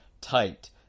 tight